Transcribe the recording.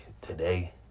today